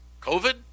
COVID